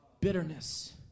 bitterness